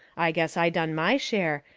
i guess i done my share,